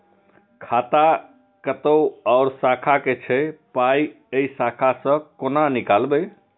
खाता कतौ और शाखा के छै पाय ऐ शाखा से कोना नीकालबै?